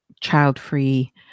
child-free